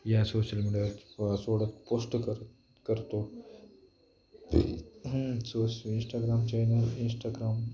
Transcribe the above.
या social media सोडत post कर करतो सोश इंस्टाग्राम चॅनल इंस्टाग्राम